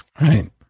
Right